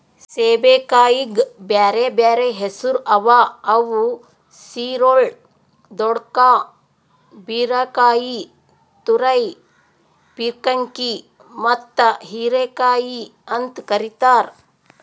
ಸೇಬೆಕಾಯಿಗ್ ಬ್ಯಾರೆ ಬ್ಯಾರೆ ಹೆಸುರ್ ಅವಾ ಅವು ಸಿರೊಳ್, ದೊಡ್ಕಾ, ಬೀರಕಾಯಿ, ತುರೈ, ಪೀರ್ಕಂಕಿ ಮತ್ತ ಹೀರೆಕಾಯಿ ಅಂತ್ ಕರಿತಾರ್